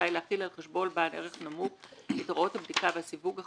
שאיגוד הבנקים אומרים לך.